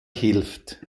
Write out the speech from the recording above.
hilft